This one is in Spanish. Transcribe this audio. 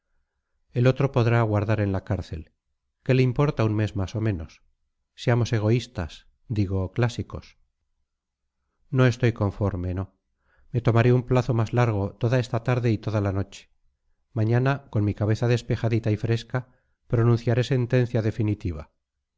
el otro podrá aguardar en la cárcel qué le importa un mes más o menos seamos egoístas digo clásicos no estoy conforme no me tomaré un plazo más largo toda esta tarde y toda la noche mañana con mi cabeza despejadita y fresca pronunciaré sentencia definitiva